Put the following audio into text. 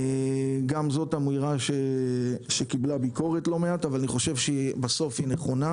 זאת אמירה שקיבלה ביקורת לא מעט אבל אני חושב שבסוף היא נכונה,